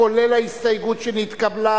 כולל ההסתייגות שנתקבלה.